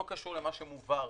לא קשור למה שמובא עכשיו,